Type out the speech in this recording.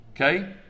okay